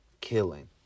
killing